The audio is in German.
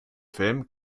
film